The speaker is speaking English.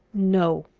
no.